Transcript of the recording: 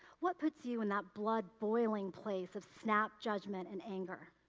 what puts you in that blood boiling place of snap judgment and anger?